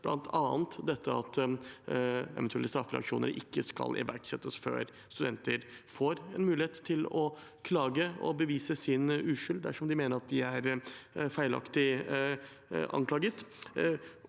bl.a. at eventuelle straffereaksjoner ikke skal iverksettes før studenter får en mulighet til å klage og bevise sin uskyld dersom de mener at de er feilaktig anklaget,